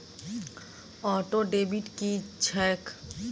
Auto debit की छैक?